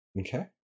Okay